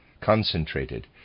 concentrated